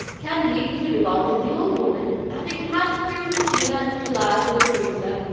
candide, cunegonde, and the old woman, having passed through lucena, chillas, and lebrixa,